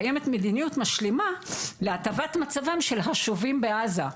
קיימת מדיניות משלימה להטבת מצבם של השובים בעזה,